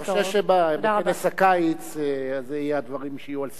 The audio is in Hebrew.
אני חושב שבכנס הקיץ אלה הדברים שיהיו על סדר-היום.